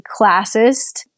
classist